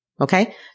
Okay